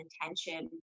intention